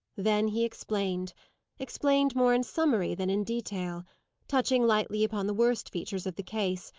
then he explained explained more in summary than in detail touching lightly upon the worst features of the case,